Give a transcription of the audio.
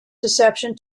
deception